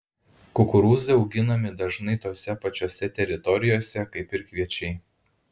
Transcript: kukurūzai auginami dažnai tose pačiose teritorijose kaip ir kviečiai